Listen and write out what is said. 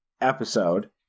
episode